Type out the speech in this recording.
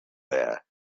there